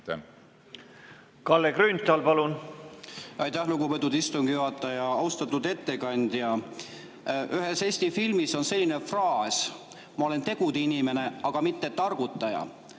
Kalle Grünthal, palun! Aitäh, lugupeetud istungi juhataja! Austatud ettekandja! Ühes Eesti filmis on selline fraas: ma olen tegudeinimene, aga mitte targutaja.